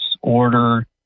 order